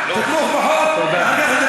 אחרונה.